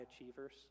achievers